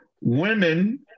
Women